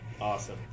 Awesome